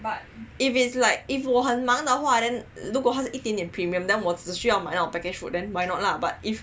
if it's like if 我很忙的话 then 如果它只是一点点 premium then 我只需要买到 package food then why not lah but if